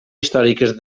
històriques